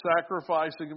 sacrificing